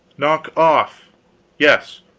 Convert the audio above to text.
knock off yes,